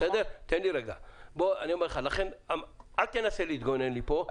אני אומר לך, אל תנסה להתגונן פה.